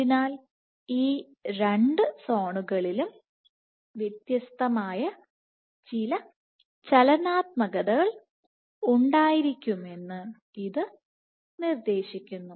അതിനാൽ ഈ രണ്ട് സോണുകളിലും വ്യത്യസ്തമായ ചില ചലനാത്മകതകൾ ഉണ്ടായിരിക്കുമെന്ന് ഇത് നിർദ്ദേശിക്കുന്നു